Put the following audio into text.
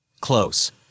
Close